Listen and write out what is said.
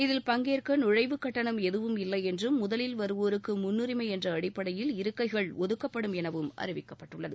இதில் பங்கேற்க நழைவுக்கட்டணம் எதுவும் இல்லை என்றும் முதலில் வருவோருக்கு முன்னுரிமை என்ற அடிப்படையில் இருக்கைகள் ஒதுக்கப்படும் எனவும் அறிவிக்கப்பட்டுள்ளது